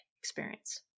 experience